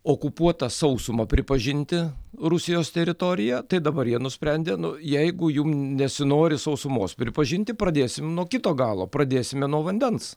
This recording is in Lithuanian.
okupuotą sausumą pripažinti rusijos teritorija tai dabar jie nusprendė nu jeigu jum nesinori sausumos pripažinti pradėsim nuo kito galo pradėsime nuo vandens